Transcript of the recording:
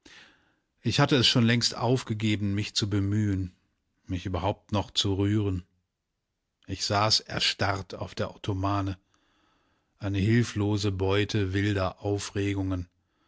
ich hatte es schon längst aufgegeben mich zu bemühen mich überhaupt noch zu rühren ich saß erstarrt auf der ottomane eine hilflose beute wilder aufregungen